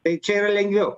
tai čia yra lengviau